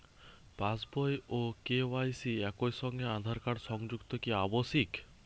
পাশ বই ও কে.ওয়াই.সি একই সঙ্গে আঁধার কার্ড সংযুক্ত কি আবশিক?